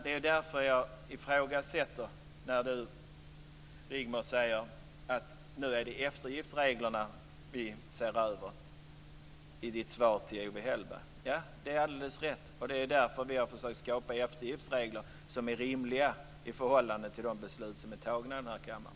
Det är därför som jag ifrågasätter när Rigmor Ahlstedt i sitt svar till Owe Hellberg säger att det nu är eftergiftsreglerna som vi ser över. Ja, det är alldeles rätt, och det är därför som vi har försökt skapa eftergiftsregler som är rimliga i förhållande till de beslut som har fattats i den här kammaren.